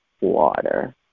water